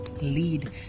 lead